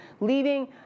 leaving